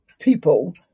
people